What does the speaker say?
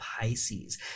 Pisces